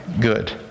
good